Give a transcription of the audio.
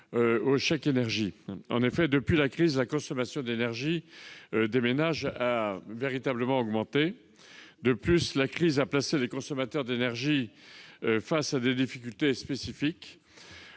au chèque énergie. En effet, depuis la crise, la consommation d'énergie des ménages a véritablement augmenté. En outre, la crise a placé les consommateurs d'énergie face à des difficultés spécifiques.